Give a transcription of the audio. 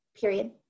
period